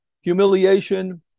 humiliation